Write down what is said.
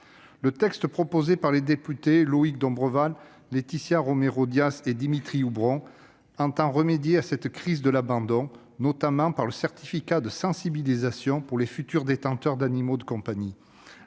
Le texte proposé par les députés Loïc Dombreval, Laetitia Romeiro Dias et Dimitri Houbron entend remédier à cette crise de l'abandon, notamment par le biais du certificat de sensibilisation pour les futurs détenteurs d'animaux de compagnie.